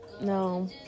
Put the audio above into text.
no